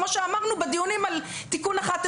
כמו שאמרנו בדיונים על תיקון 11